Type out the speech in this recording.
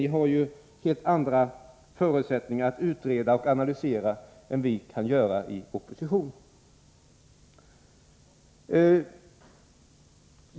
Ni har ju helt andra förutsättningar att utreda och analysera än vi har i opposition.